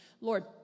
lord